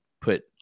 put